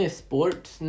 sports